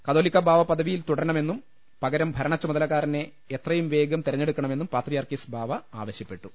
കാതോലിക ബാവ പദവിയിൽ തുടരണമെന്നും പകരം ഭരണ ച്ചുമതലക്കാരനെ എത്രയും വേഗം തെരഞ്ഞെടുക്കണമെന്നും പാത്രി യാർക്കീസ് ബാവ ആവശ്യപ്പെട്ടു